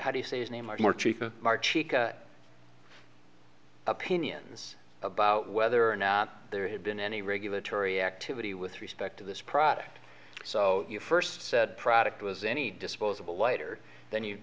how do you say his name or more chief of march opinions about whether or not there had been any regulatory activity with respect to this product so you first said product was any disposable lighter then you